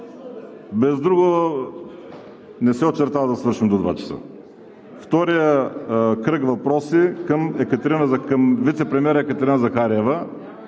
без друго не се очаква да свършим до 14,00 ч. Втори кръг – въпроси към вицепремиера Екатерина Захариева?